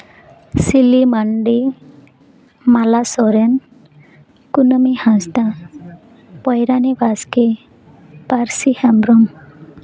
ᱥᱤᱞᱤ ᱢᱟᱱᱰᱤ ᱢᱟᱞᱟ ᱥᱚᱨᱮᱱ ᱠᱩᱱᱟᱹᱢᱤ ᱦᱟᱸᱥᱫᱟ ᱯᱚᱭᱨᱟᱱᱤ ᱵᱟᱥᱠᱮ ᱯᱟᱹᱨᱥᱤ ᱦᱮᱢᱵᱨᱚᱢ